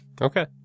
Okay